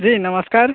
जी नमस्कार